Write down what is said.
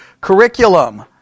curriculum